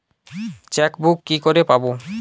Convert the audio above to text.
Chequebook কি করে পাবো?